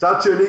צד שני,